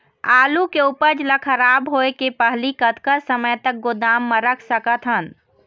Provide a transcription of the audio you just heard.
आलू के उपज ला खराब होय के पहली कतका समय तक गोदाम म रख सकत हन?